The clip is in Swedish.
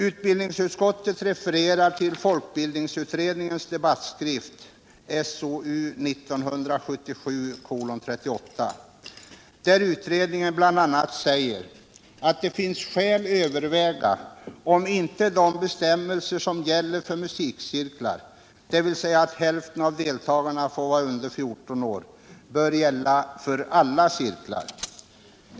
Utbildningsutskottet refererar till folkbildningsutredningens debattskrift, SOU 1977:38, där utredningen bl.a. säger att det finns skäl överväga om inte de bestämmelser som gäller för musikcirklar, dvs. att hälften av deltagarna får vara under 14 år, bör gälla för alla cirklar.